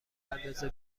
اندازه